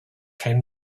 came